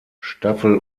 staffel